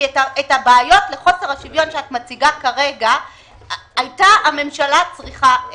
כי את הבעיות לחוסר השוויון שאת מציגה כרגע הייתה הממשלה צריכה לפתור.